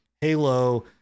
Halo